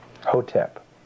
Hotep